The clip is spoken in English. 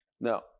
Now